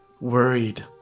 worried